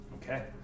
Okay